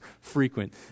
frequent